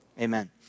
amen